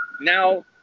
now